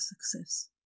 success